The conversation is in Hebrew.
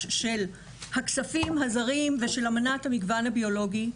של הכספים הזרים ושל אמנת המגוון הביולוגי.